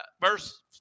verse